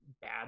bad